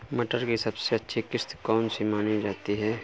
मटर की सबसे अच्छी किश्त कौन सी मानी जाती है?